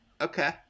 Okay